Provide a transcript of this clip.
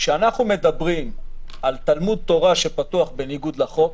כשאנחנו מדברים על תלמוד תורה שפתוח בניגוד לחוק,